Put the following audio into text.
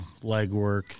legwork